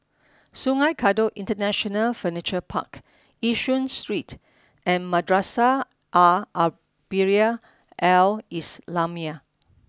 Sungei Kadut International Furniture Park Yishun Street and Madrasah Ar Arabiah Al islamiah